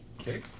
Okay